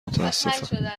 متاسفم